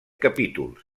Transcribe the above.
capítols